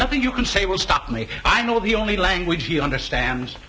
nothing you can say will stop me i know the only language he understands